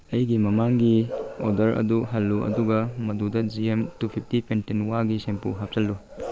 ꯑꯩꯒꯤ ꯃꯃꯥꯡꯒꯤ ꯑꯣꯗꯔ ꯑꯗꯨ ꯍꯜꯂꯨ ꯑꯗꯨꯒ ꯃꯗꯨꯗ ꯖꯤ ꯑꯦꯝ ꯇꯨ ꯐꯤꯐꯇꯤ ꯄꯦꯟꯇꯤꯟ ꯋꯥꯒꯤ ꯁꯦꯝꯄꯨ ꯍꯥꯞꯆꯤꯜꯂꯨ